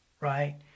right